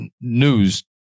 news